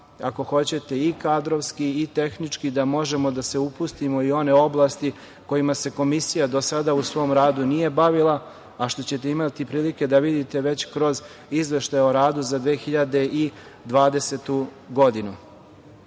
ako hoćete i kadrovski i tehnički, da možemo da se upustimo i u one oblasti kojima se Komisija do sada u svom radu nije bavila, a što ćete imati prilike da vidite već kroz Izveštaj o radu za 2020. godinu. Takođe,